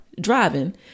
driving